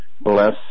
bless